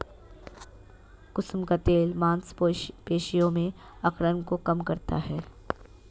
कुसुम का तेल मांसपेशियों में अकड़न को कम करता है